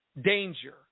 danger